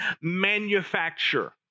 manufacture